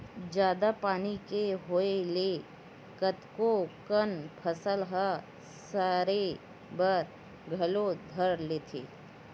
जादा पानी के होय ले कतको कन फसल ह सरे बर घलो धर लेथे